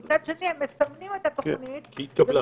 ומצד שני הם מסמנים את התוכנית -- כהתקבלה.